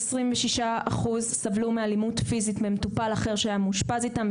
26% סבלו מאלימות פיזית ממטופל אחר שהיה מאושפז איתם,